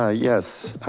ah yes,